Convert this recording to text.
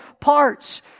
parts